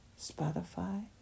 Spotify